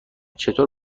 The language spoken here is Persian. طور